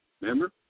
remember